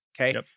Okay